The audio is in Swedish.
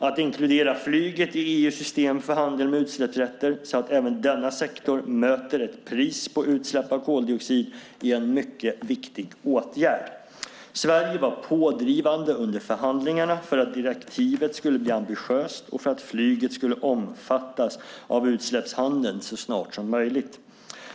Att inkludera flyget i EU:s system för handel med utsläppsrätter så att även denna sektor möter ett pris på utsläpp av koldioxid är en mycket viktig åtgärd. Sverige var pådrivande under förhandlingarna för att direktivet skulle bli ambitiöst och för att flyget skulle omfattas av utsläppshandeln så snart som möjligt.